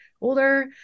older